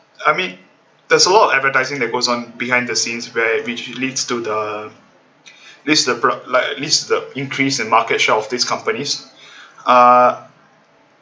I mean there's a lot of advertising that goes on behind the scenes where which leads to the leads to rup~ like leads to the increase in market share of these companies uh